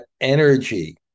energy